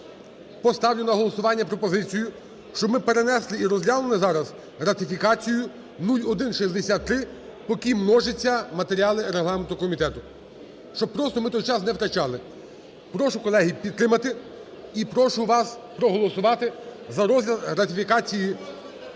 поставлю на голосування пропозицію, щоб ми перенесли і розглянули зараз ратифікацію 0163, поки множаться матеріали Регламентного комітету. Щоб просто ми тут час не втрачали. Прошу, колеги, підтримати і прошу вас проголосувати за розгляд ратифікації.